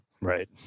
right